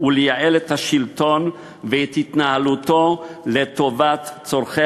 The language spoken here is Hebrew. ולייעל את השלטון ואת התנהלותו לטובת צורכי